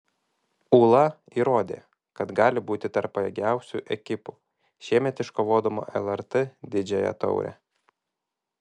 ūla įrodė kad gali būti tarp pajėgiausių ekipų šiemet iškovodama lrt didžiąją taurę